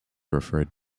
referred